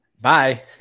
bye